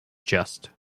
just